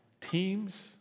teams